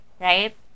right